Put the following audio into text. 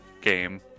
game